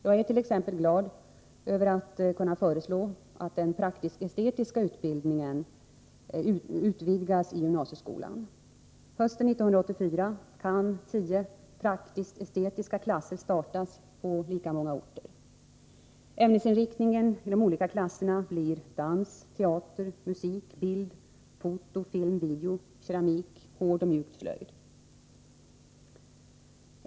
Jag är t.ex. glad över att kunna föreslå att den praktisk-estetiska utbildningen utvidgas i gymnasieskolan. Hösten 1984 kan tio praktisk-estetiska klasser startas på lika många orter. Ämnesinriktningen i de olika klasserna blir dans, teater, musik, bild, foto-film-video, keramik samt hård och mjuk slöjd.